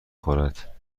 خورد